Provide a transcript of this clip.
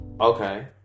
Okay